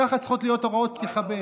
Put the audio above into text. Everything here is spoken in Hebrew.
ככה צריכות להיות הוראות פתיחה באש.